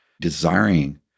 desiring